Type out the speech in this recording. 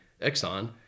Exxon